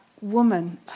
woman